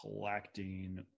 collecting